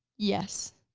yes.